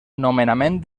nomenament